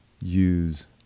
use